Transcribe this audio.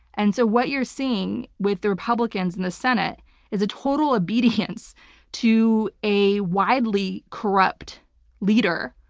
and so what you're seeing with the republicans and the senate is a total obedience to a widely corrupt leader.